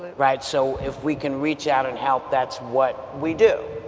right? so if we can reach out and help, that's what we do.